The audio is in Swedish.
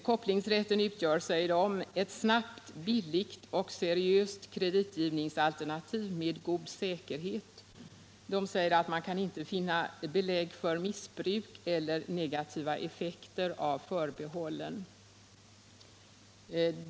Kopplingsrätten utgör, säger motionärerna, ett snabbt, billigt och seriöst kreditgivningsalternativ med god säkerhet. De säger vidare att man inte kan finna belägg för missbruk eller negativa effekter av förbehållen.